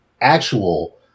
actual